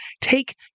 take